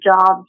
jobs